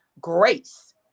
grace